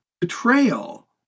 betrayal